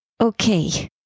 Okay